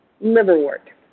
liverwort